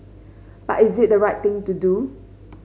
but is it the right thing to do